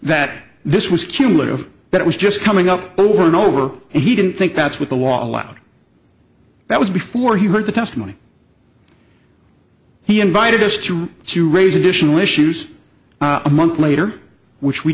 that this was cumulative that it was just coming up over and over and he didn't think that's what the wall out that was before he heard the testimony he invited us to to raise additional issues a month later which we